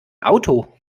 auto